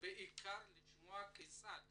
ובעיקר לשמוע כיצד